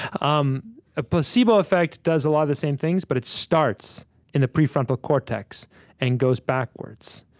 um a placebo effect does a lot of the same things, but it starts in the prefrontal cortex and goes backwards,